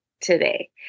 today